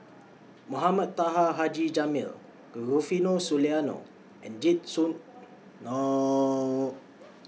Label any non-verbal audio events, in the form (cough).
Mohamed Taha Haji Jamil Rufino Soliano and Jit Soon (unintelligible)